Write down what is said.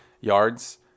yards